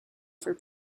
for